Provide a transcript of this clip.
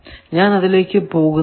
ഞാൻ അതിലേക്കു പോകുന്നില്ല